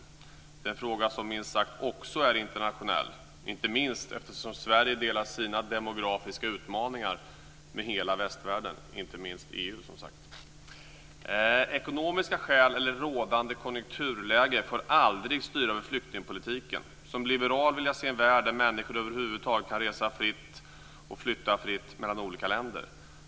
Det är en fråga som minst sagt också är internationell, inte minst eftersom Sverige delar sina demografiska utmaningar med hela västvärlden - bl.a. EU. Ekonomiska skäl eller rådande konjunkturläge får aldrig styra flyktingpolitiken. Som liberal vill jag se en värld, där människor över huvud taget kan resa och flytta fritt mellan olika länder.